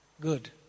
good